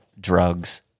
drugs